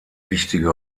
wichtige